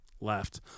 left